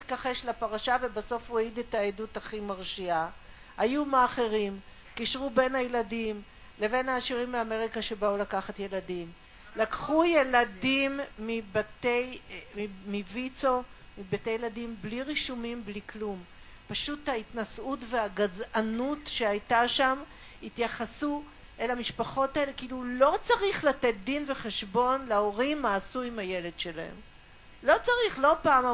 מתכחש לפרשה ובסוף הוא העיד את העדות הכי מרשיעה, היו מעכרים קישרו בן הילדים לבין העשירים מאמריקה שבאו לקחת ילדים לקחו ילדים מבתי מויצו מבתי ילדים בלי רישומים בלי כלום פשוט ההתנשאות והגזענות שהייתה שם התייחסו אל המשפחות האלה כאילו לא צריך לתת דין וחשבון להורים מה עשו עם הילד שלהם. לא צריך לא פעם אמור